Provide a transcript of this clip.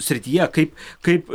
srityje kaip kaip